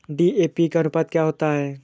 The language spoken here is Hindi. डी.ए.पी का अनुपात क्या होता है?